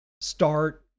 start